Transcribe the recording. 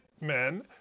men